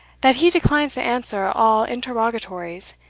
that he declines to answer all interrogatories,